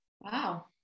wow